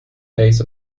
face